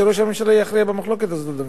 שראש הממשלה יכריע במחלוקת הזו גם.